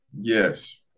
Yes